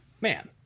man